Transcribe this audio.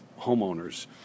homeowners